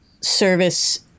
service